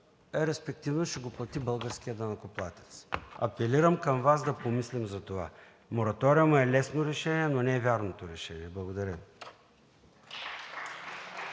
респективно българският данъкоплатец. Апелирам към Вас да помислим за това. Мораториумът е лесно решение, но не е вярното решение. Благодаря